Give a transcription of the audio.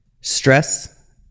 stress